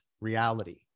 reality